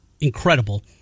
Incredible